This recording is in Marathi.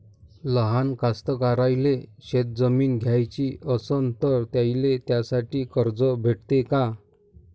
लहान कास्तकाराइले शेतजमीन घ्याची असन तर त्याईले त्यासाठी कर्ज भेटते का?